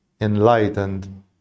enlightened